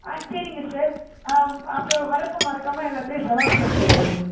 ஆ சரிங்க சார் அப்புறம் வரப்போ மறக்காமல் எல்லாத்துலையும் ஜெராக்ஸ் எடுத்துகிட்டு வந்துருங்க சார்